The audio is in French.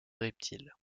reptiles